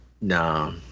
No